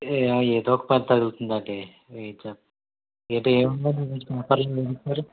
ఏదో ఒక పని తగులుతుందండి ఏం చెప్పను ఏంటి ఏమున్నాయండి ఈ రోజు పేపర్లో న్యూస్